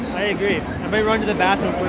i agree. i may run to the bathroom